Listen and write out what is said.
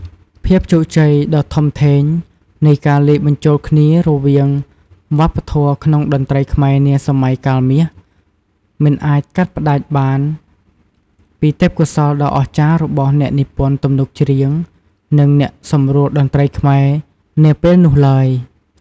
ភាពជោគជ័យដ៏ធំធេងនៃការលាយបញ្ចូលគ្នារវាងវប្បធម៌ក្នុងតន្ត្រីខ្មែរនាសម័យកាលមាស មិនអាចកាត់ផ្តាច់បានពី ទេពកោសល្យដ៏អស្ចារ្យ របស់ អ្នកនិពន្ធទំនុកច្រៀង និង អ្នកសម្រួលតន្ត្រីខ្មែរ នាពេលនោះឡើយ។